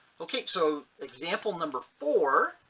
okay. so example number four,